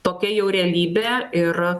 tokia jau realybė ir